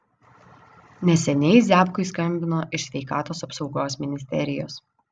neseniai ziabkui skambino iš sveikatos apsaugos ministerijos